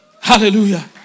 Hallelujah